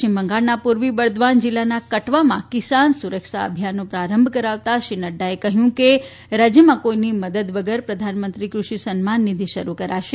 પશ્ચિમ બંગાળના પૂર્વી બર્દવાન જિલ્લાના કટવા માં કિસાન સુરક્ષા અભિયાનનો પ્રારંભ કરાવતા શ્રી નડ્ડાએ કહ્યું કે રાજ્યમાં કોઇની મદદ વગર પ્રધાનમંત્રી કૃષિ સન્માન નિધિ શરૂ કરાશે